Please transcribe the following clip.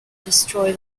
destroy